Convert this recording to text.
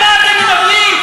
על מה אתם מדברים?